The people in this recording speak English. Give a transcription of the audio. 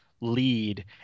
lead